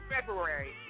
February